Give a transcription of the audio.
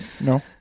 No